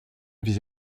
vise